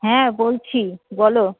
হ্যাঁ বলছি বলো